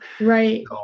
Right